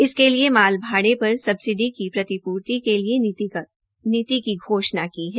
इसके लिए माल भाड़े पर सब्सिडी की प्रतिपूर्ति के लिए नीति का घोषणा की है